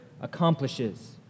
accomplishes